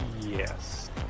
yes